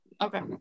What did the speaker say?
Okay